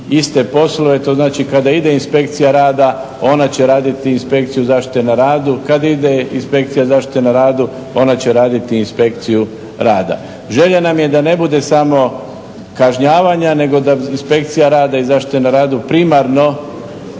iste poslove. To znači kada ide inspekcija rada ona će raditi inspekciju zaštite na radu. Kad ide inspekcija zaštite na radu ona će raditi i inspekciju rada. Želja nam je da ne bude samo kažnjavanja, nego da inspekcija rada i zaštite na radu primarno